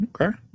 Okay